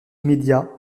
immédiat